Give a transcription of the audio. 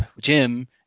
Jim